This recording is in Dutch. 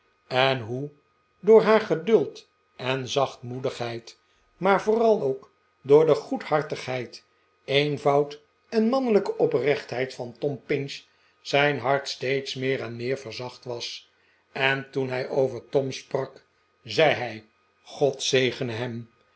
en hoe door haar geduld en zachtmoedigheid maar vooral ook door de goedhartigheid eenvoud en mannelijke oprechtheid van tom pinch zijn hart steeds meer en meer verzacht was en toen hij over tom sprak zei hij god zegene hem